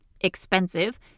expensive